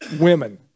women